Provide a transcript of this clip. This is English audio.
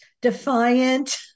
Defiant